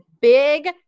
big